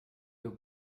nous